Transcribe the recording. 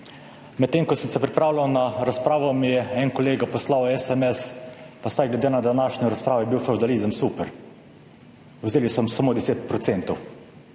Medtem ko sem se pripravljal na razpravo, mi je en kolega poslal SMS: pa vsaj glede na današnjo razpravo je bil fevdalizem super, vzeli so samo 10